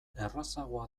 errazagoa